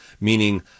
meaning